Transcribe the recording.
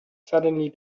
suddenly